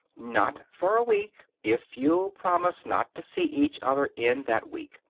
not for a week, if you'll promise not to see each other in that week.